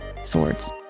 swords